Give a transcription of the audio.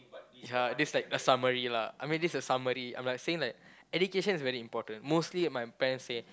is a this like a summary lah I mean this is a summary I'm like saying that education is very important mostly my parents say